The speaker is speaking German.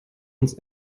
uns